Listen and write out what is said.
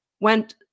went